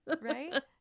right